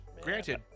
granted